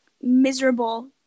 miserable